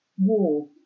war